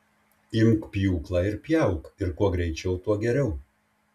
imk pjūklą ir pjauk ir kuo greičiau tuo geriau